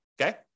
okay